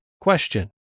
Question